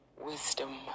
wisdom